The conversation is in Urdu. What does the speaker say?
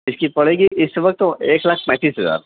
اس کی پڑے گی اس وقت ایک لاکھ پینتیس ہزار